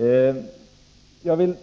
lättsam ton nämner Högsta Sovjet.